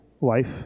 life